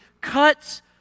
cuts